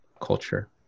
culture